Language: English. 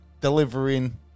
delivering